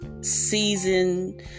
season